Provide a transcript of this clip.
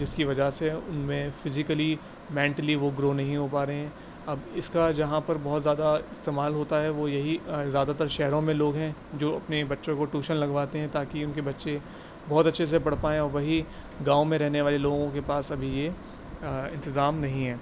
جس کی وجہ سے ان میں فزیکلی مینٹلی وہ گرو نہیں ہو پا رہے ہیں اب اس کا جہاں پر بہت زیادہ استعمال ہوتا ہے وہ یہی زیادہ تر شہروں میں لوگ ہیں جو اپنے بچوں کو ٹوشن لگواتے ہیں تاکہ ان کے بچے بہت اچھے سے پڑھ پائیں اور وہی گاؤں میں رہنے والے لوگوں کے پاس ابھی یہ انتظام نہیں ہے